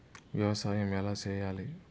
వ్యవసాయం ఎలా చేయాలి?